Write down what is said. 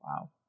wow